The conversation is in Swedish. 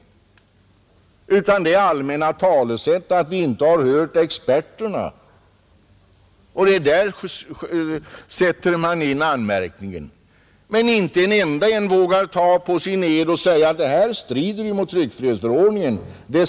Vad som förekommer är i stället allmänna uttalanden om att vi inte hört experterha. Det är där man sätter in sina anmärkningar, men inte en enda vågar ta på sin ed att experterna säger att det här strider mot tryckfrihetsförordningen.